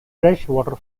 freshwater